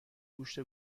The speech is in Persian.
گوشت